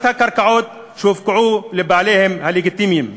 הקרקעות שהופקעו לבעליהן הלגיטימיים.